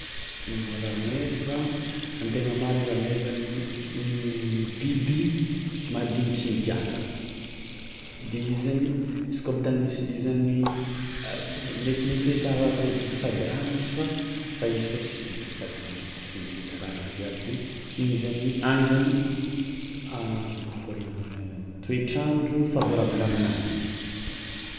Rameva ny tegna marigny rameva ny n- biby madiny tsy migiàka de izy zany izy kôa am'tany misy izy zany a- f- metimety hoe ta- atao hoe biby fady rano izy fa fa izy fao tsisy biby hifady rano zany tsy maintsy mila rano raha jiaby de igny zany agny zany mankôry ny mivôlagna zany toetrandro favorable aminazy zany.